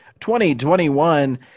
2021